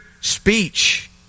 speech